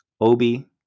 Obi